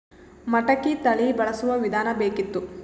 ಮಟಕಿ ತಳಿ ಬಳಸುವ ವಿಧಾನ ಬೇಕಿತ್ತು?